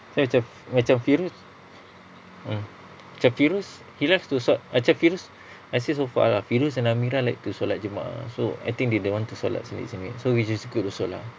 tapi macam macam firuz mm macam firuz he likes to solat macam firuz is see so far lah firuz and amira like to solat jemaah so I think they don't want to solat sendiri-sendiri so which is good also lah